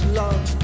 love